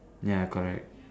ya correct